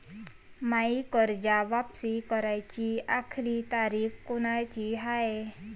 मायी कर्ज वापिस कराची आखरी तारीख कोनची हाय?